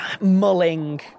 mulling